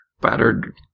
battered